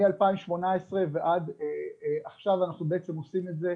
מ-2018 ועד עכשיו אנחנו בעצם עושים את זה